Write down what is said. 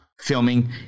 filming